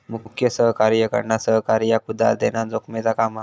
मुख्य सहकार्याकडना सहकार्याक उधार देना जोखमेचा काम हा